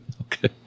okay